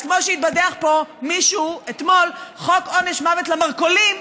אז כמו שהתבדח פה מישהו אתמול: חוק עונש מוות למרכולים,